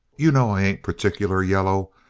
you know i ain't particular yaller.